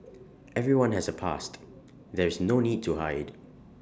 everyone has A past there is no need to hide